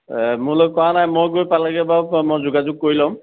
মোলৈ কৰা নাই মই গৈ পালেগে বাৰু মই যোগাযোগ কৰি ল'ম